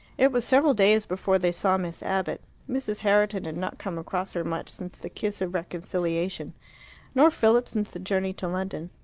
it was several days before they saw miss abbott. mrs. herriton had not come across her much since the kiss of reconciliation nor philip since the journey to london.